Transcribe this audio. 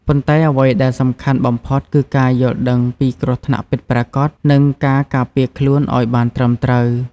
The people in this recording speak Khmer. ប៉ុន្តែអ្វីដែលសំខាន់បំផុតគឺការយល់ដឹងពីគ្រោះថ្នាក់ពិតប្រាកដ និងការការពារខ្លួនឲ្យបានត្រឹមត្រូវ ។